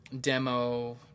demo